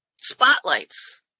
Spotlights